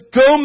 go